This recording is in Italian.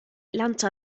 lancia